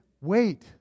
Wait